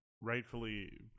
Rightfully